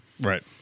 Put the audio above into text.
Right